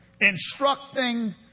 instructing